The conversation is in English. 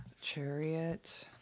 Chariot